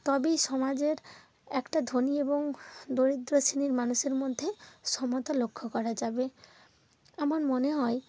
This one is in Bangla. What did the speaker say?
তবেই সমাজের একটা ধনী এবং দরিদ্র শ্রেণীর মানুষের মধ্যে সমতা লক্ষ্য করা যাবে আমার মনে হয়